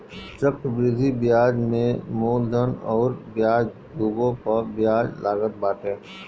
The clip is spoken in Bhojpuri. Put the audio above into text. चक्रवृद्धि बियाज में मूलधन अउरी ब्याज दूनो पअ बियाज लागत बाटे